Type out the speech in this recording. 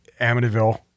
Amityville